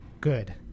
good